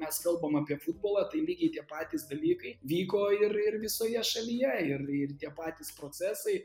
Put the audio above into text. mes kalbame apie futbolą tai lygiai tie patys dalykai vyko ir ir visoje šalyje ir ir tie patys procesai